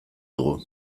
dugu